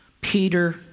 Peter